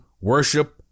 worship